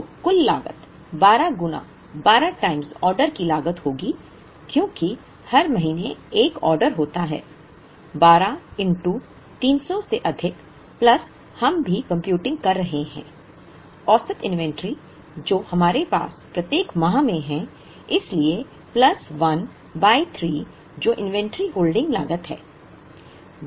तो कुल लागत 12 गुना टाइम्स ऑर्डर की लागत होगी क्योंकि हर महीने एक ऑर्डर होता है 12 300 से अधिक प्लस हम भी कंप्यूटिंग कर रहे हैं औसत इन्वेंट्री जो हमारे पास प्रत्येक माह में है इसलिए प्लस 1 बाय 3 जो इन्वेंट्री होल्डिंग लागत है